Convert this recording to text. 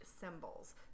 symbols